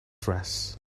dress